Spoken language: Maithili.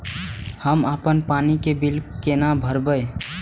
हम अपन पानी के बिल केना भरब?